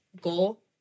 goal